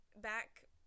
back